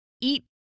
eat